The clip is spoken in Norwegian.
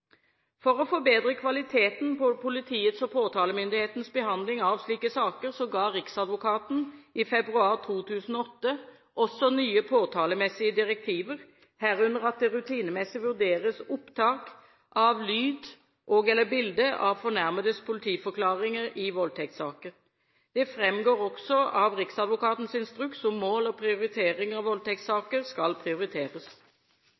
For å forbedre kvaliteten på politiets og påtalemyndighetens behandling av slike saker ga riksadvokaten i februar 2008 også nye påtalemessige direktiver, herunder at det rutinemessig vurderes opptak av lyd og/eller bilde av fornærmedes politiforklaringer i voldtektssaker. Det fremgår også av riksadvokatens instruks om mål og